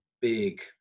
big